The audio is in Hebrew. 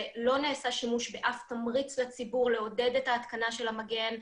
שלא נעשה שימוש באף תמריץ לציבור לעודד את ההתקנה של המגן.